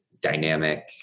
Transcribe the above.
dynamic